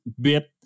bit